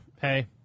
Hey